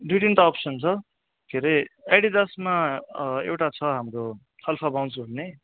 दुई तिनटा अप्सन छ के रे एडिडासमा एउटा छ हाम्रो अल्फबाउन्स भन्ने